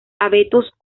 abetos